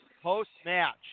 Post-match